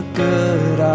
good